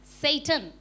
Satan